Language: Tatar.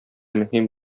мөһим